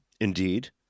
Indeed